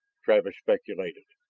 travis speculated,